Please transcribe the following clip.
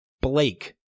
blake